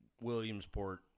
Williamsport